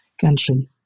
country